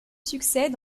succès